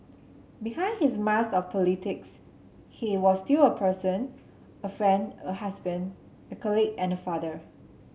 behind his mask of politics he was still a person a friend a husband a colleague and a father